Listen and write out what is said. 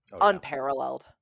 unparalleled